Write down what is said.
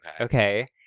Okay